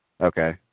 Okay